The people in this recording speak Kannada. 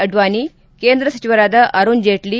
ಅಡ್ಡಾಣಿ ಕೇಂದ್ರ ಸಚಿವರಾದ ಅರುಣ್ ಜೇಟ್ಲ